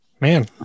Man